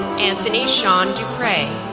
anthony sean dupre,